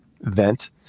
vent